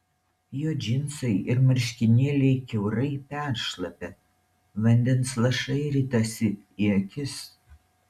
jo džinsai ir marškinėliai kiaurai peršlapę vandens lašai ritasi į akis